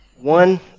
one